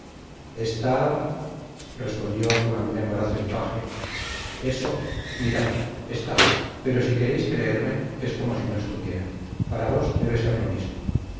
estar respondió con algún embarazo el paje eso mirad está pero si queréis creerme es como si no estuviera para vos debe ser lo mismo